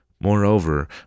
Moreover